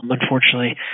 Unfortunately